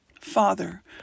Father